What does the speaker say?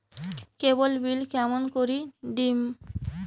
কেবল bill কেমন করি দিম?